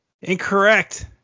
Incorrect